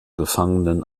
gefangenen